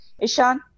Ishan